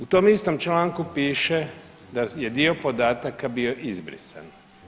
U tom istom članku piše da je dio podataka bio izbrisan.